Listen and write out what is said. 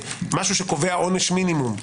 משהו שקובע עונש מינימום,